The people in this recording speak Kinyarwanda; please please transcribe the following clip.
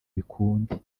bikunde